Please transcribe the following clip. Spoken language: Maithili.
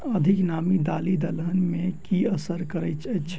अधिक नामी दालि दलहन मे की असर करैत अछि?